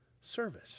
service